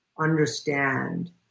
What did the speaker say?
understand